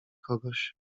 kogoś